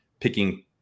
Picking